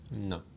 No